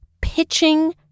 pitching